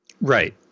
right